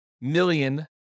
million